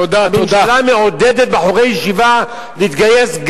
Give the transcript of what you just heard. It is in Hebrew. הממשלה מעודדת בחורי ישיבה להתגייס,